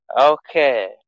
okay